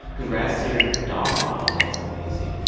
congrats to your dog model. that's amazing.